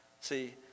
see